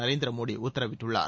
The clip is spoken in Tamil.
நரேந்திர மோடி உத்தரவிட்டுள்ளார்